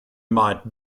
might